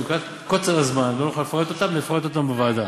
שמפאת קוצר הזמן לא נוכל לפרט אותן ונפרט אותן בוועדה.